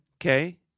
Okay